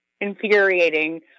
infuriating